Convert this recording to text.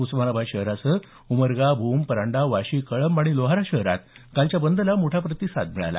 उस्मानाबाद शहरासह उमरगा भूम परंडा वाशी कळंब आणि लोहारा शहरात कालच्या बंदला मोठा प्रतिसाद मिळाला